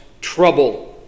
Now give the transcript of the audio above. trouble